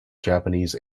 japanese